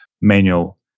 manual